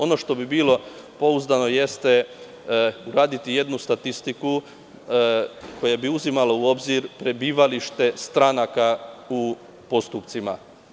Ono što bi bilo pouzdano jeste uraditi jednu statistiku koja bi uzimala u obzir prebivalište stranaka u postupcima.